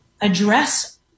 address